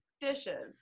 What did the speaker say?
dishes